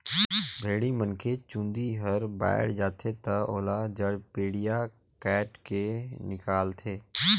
भेड़ी मन के चूंदी हर बायड जाथे त ओला जड़पेडिया कायट के निकालथे